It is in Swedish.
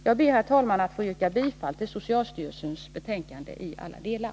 Jag ber, herr talman, att få yrka bifall till socialutskottets hemställan i alla delar.